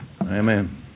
Amen